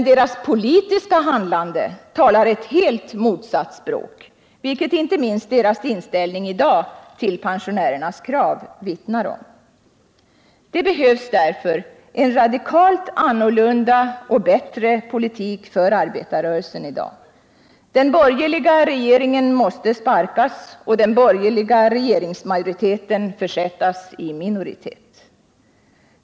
Deras politiska handlande talar dock ett motsatt språk, vilket inte minst deras inställning i dag till pensionärernas krav vittnar om. Det behövs därför en radikalt annorlunda och bättre politik för arbetarrörelsen. Den borgerliga regeringen måste sparkas och den borgerliga regeringsmajoriteten försättas i minoritet.